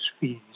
fees